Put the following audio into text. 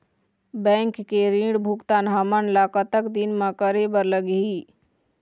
Bank के ऋण भुगतान हमन ला कतक दिन म करे बर लगही?